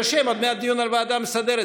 אדוני, תירשם, עוד מעט הדיון על הוועדה המסדרת.